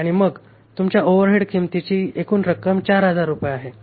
आणि मग तुमच्या ओव्हरहेड किंमतीची एकूण रक्कम 4000 रुपये आहे